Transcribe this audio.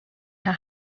her